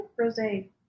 rosé